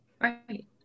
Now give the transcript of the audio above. Right